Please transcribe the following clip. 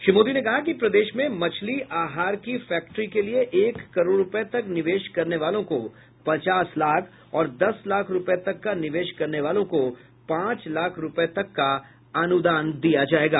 श्री मोदी ने कहा कि प्रदेश में मछली आहार की फैक्टरी के लिये एक करोड़ रूपये तक निवेश करने वालों को पचास लाख और दस लाख रूपये तक का निवेश करने वालों को पांच लाख रूपये तक का अनुदान दिया जायेगा